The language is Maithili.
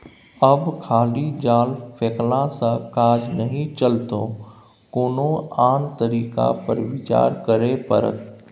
आब खाली जाल फेकलासँ काज नहि चलतौ कोनो आन तरीका पर विचार करय पड़त